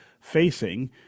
facing